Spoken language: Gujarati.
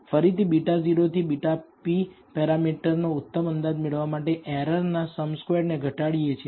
ફરીથી β0 થી βp પેરામીટરનો ઉત્તમ અંદાજ મેળવવા આપણે એરરના સમ સ્ક્વેર્ડ ને ઘટાડીએ છીએ